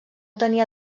tenia